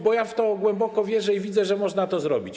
Bo ja w to głęboko wierzę i widzę, że można to zrobić.